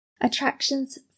attractions